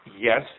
yes